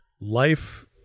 life